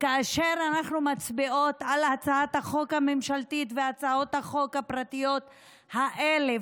שכאשר אנחנו מצביעות על הצעת החוק הממשלתית והצעות החוק הפרטיות האלה,